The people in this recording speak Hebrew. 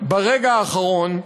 ברגע האחרון,